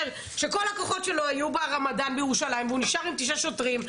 שכל הכוחות שלו היו ברמדאן בירושלים והוא נשאר עם תשעה שוטרים,